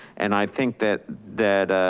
and i think that that